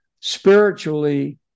spiritually